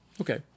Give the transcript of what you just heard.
Okay